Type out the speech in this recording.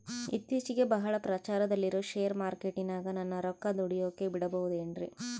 ಇತ್ತೇಚಿಗೆ ಬಹಳ ಪ್ರಚಾರದಲ್ಲಿರೋ ಶೇರ್ ಮಾರ್ಕೇಟಿನಾಗ ನನ್ನ ರೊಕ್ಕ ದುಡಿಯೋಕೆ ಬಿಡುಬಹುದೇನ್ರಿ?